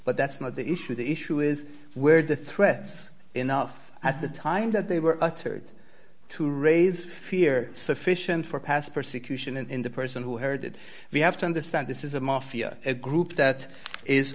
that's not the issue the issue is where the threats enough at the time that they were uttered to raise fear sufficient for past persecution in the person who heard it we have to understand this is a mafia a group that is